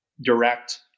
direct